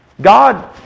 God